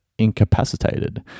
incapacitated